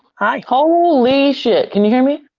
hi. holy shit, can you hear me?